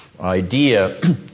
Idea